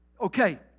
okay